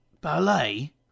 ballet